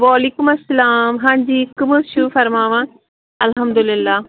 وعلیکُم اسلام ہاں جی کٕم حظ چھُو فرماوان الحمدُاللہ